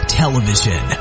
television